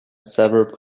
several